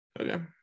Okay